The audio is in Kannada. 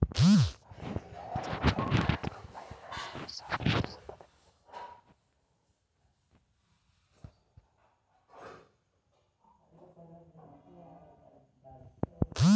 ಭಾರತೀಯ ರಿಸರ್ವ್ ಬ್ಯಾಂಕ್ ಹತ್ತು ರೂಪಾಯಿ ನಾಣ್ಯಗಳನ್ನು ಸಹ ಮುದ್ರಿಸುತ್ತಿದೆ